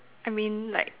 I mean like